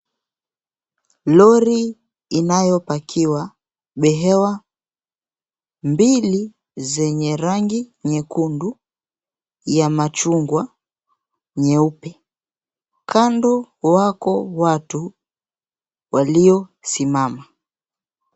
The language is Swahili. Lori inayopakiwa behewa mbili zenye rangi nyekundu ya machungwa nyeupe kando wako watu waliosimama.